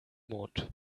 neumond